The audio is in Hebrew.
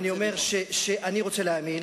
אני אומר שאני רוצה להאמין